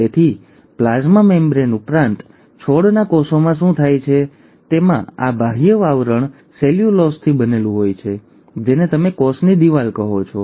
તેથી plasma membrane ઉપરાંત છોડના કોષોમાં શું થાય છે તે એ છે કે તેમાં આ બાહ્ય આવરણ સેલ્યુલોઝથી બનેલું હોય છે જેને તમે કોષની દિવાલ કહો છો